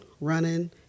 running